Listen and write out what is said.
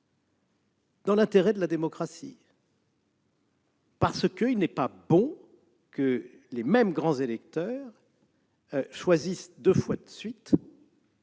dans l'intérêt de la démocratie. En effet, il n'est pas bon que les mêmes grands électeurs désignent deux fois de suite